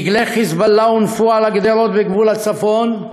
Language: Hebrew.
דגלי "חיזבאללה" הונפו על הגדרות בגבול הצפון,